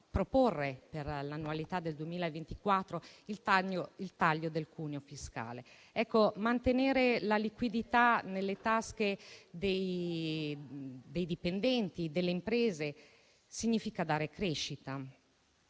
per l'annualità del 2024 il taglio del cuneo fiscale. Mantenere la liquidità nelle tasche dei dipendenti delle imprese significa dare crescita,